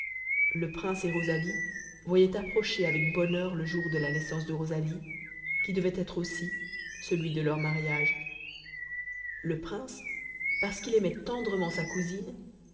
le prince et rosalie voyaient approcher avec bonheur le jour de la naissance de rosalie qui devait être aussi celui de leur mariage le prince parce qu'il aimait tendrement sa cousine